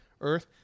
earth